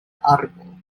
arbo